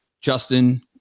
Justin